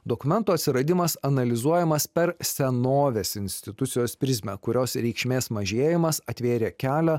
dokumento atsiradimas analizuojamas per senovės institucijos prizmę kurios reikšmės mažėjimas atvėrė kelią